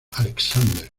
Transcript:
alexander